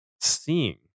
seeing